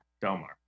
Delmar